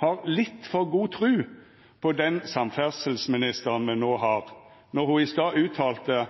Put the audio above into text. har litt for god tru på den samferdselsministeren me no har, når ho i stad uttalte